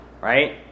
Right